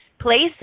places